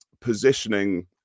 positioning